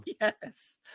Yes